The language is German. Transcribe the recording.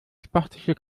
sportliche